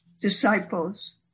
disciples